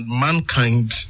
mankind